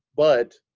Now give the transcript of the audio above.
but